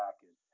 package